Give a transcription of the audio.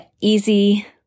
easy